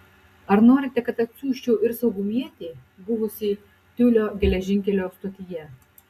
ar norite kad atsiųsčiau ir saugumietį buvusį tiulio geležinkelio stotyje